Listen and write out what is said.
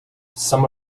some